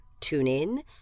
TuneIn